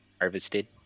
Harvested